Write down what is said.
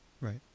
Right